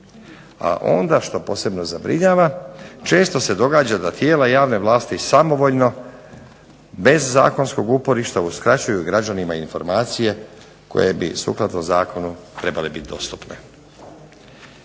A onda, što posebno zabrinjava, često se događa da tijela javne vlasti samovoljno bez zakonskog uporišta uskraćuju građanima informacije koje bi sukladno zakonu trebale biti dostupne.